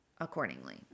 accordingly